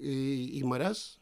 į į marias